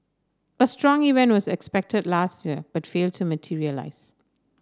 a strong event was expected last year but failed to materialise